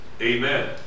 amen